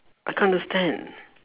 I can't understand